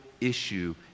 issue